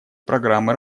программы